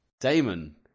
Damon